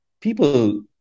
people